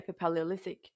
epipaleolithic